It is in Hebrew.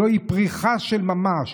זוהי פריחה של ממש,